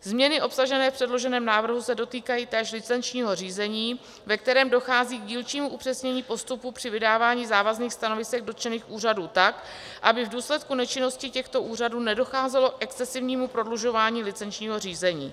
Změny obsažené v předloženém návrhu se dotýkají též licenčního řízení, ve kterém dochází k dílčímu upřesnění postupu při vydávání závazných stanovisek dotčených úřadů tak, aby v důsledku nečinnosti těchto úřadů nedocházelo k excesivnímu prodlužování licenčního řízení.